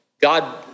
God